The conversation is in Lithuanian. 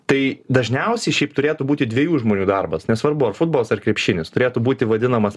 tai dažniausiai šiaip turėtų būti dviejų žmonių darbas nesvarbu ar futbolas ar krepšinis turėtų būti vadinamas